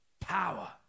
Power